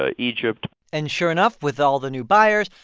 ah egypt and sure enough, with all the new buyers,